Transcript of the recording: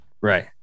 Right